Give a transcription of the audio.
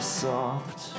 soft